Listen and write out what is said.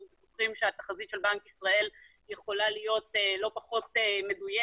אנחנו בטוחים שהתחזית של בנק ישראל יכולה להיות לא פחות מדויקת,